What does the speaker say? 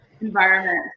environment